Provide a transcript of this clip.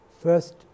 first